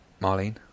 Marlene